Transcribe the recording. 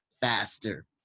faster